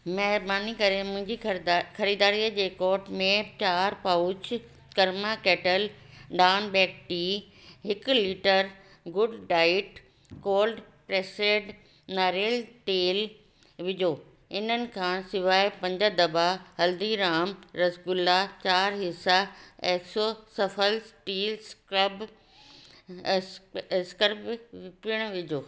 महिरबानी करे मुंहिजी खरीदा ख़रीददारीअ जे कोट में चारि pouch Karma Kettle Dawn Break tea हिकु लीटर गुड डाईट कोल्ड एसिड नारेल तेल विझो इन्हनि खां सवाइ पंज दॿा हल्दीराम रसगुल्ला चारि हिसा एक्सो सफल टी स्क्रब एस स्कर्ब पिणु विझो